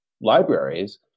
libraries